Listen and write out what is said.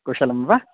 कुशलं वा